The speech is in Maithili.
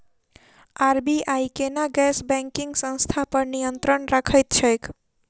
आर.बी.आई केना गैर बैंकिंग संस्था पर नियत्रंण राखैत छैक?